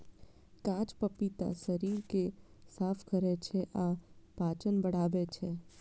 कांच पपीता शरीर कें साफ करै छै आ पाचन बढ़ाबै छै